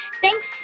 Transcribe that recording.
Thanks